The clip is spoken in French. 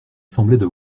semblaient